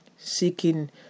Seeking